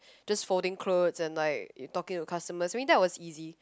just folding clothes and like talking to customers I mean that's was easy